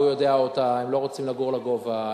והוא יודע אותה: הם לא רוצים לגור בבנייה לגובה,